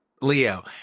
Leo